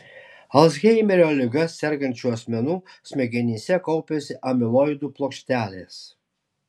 alzheimerio liga sergančių asmenų smegenyse kaupiasi amiloidų plokštelės